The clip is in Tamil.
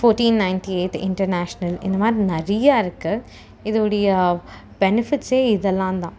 ஃபோர்டின் நைன்டி எய்த் இண்டர்நேஷ்னல் இந்த மாதிரி நிறையா இருக்குது இது உடைய பெனிஃபிட்ஸ் இதெல்லாம் தான்